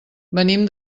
venim